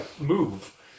move